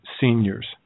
seniors